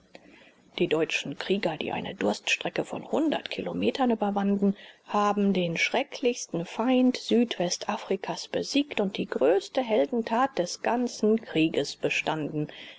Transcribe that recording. die deutschen krieger die eine durststrecke von hundert kilometern überwanden haben den schrecklichsten feind südwestafrikas besiegt und die größte heldentat des ganzen krieges bestanden